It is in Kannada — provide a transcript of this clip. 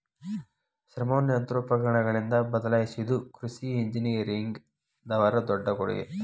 ಶ್ರಮವನ್ನಾ ಯಂತ್ರೋಪಕರಣಗಳಿಂದ ಬದಲಾಯಿಸಿದು ಕೃಷಿ ಇಂಜಿನಿಯರಿಂಗ್ ದವರ ದೊಡ್ಡ ಕೊಡುಗೆ